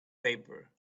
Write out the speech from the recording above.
paper